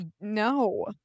no